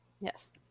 Yes